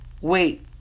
Wait